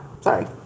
Sorry